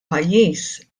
pajjiż